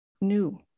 new